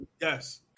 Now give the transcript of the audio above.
Yes